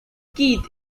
keith